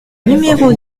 numéro